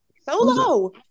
Solo